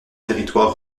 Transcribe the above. territoires